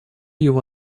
его